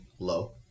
Low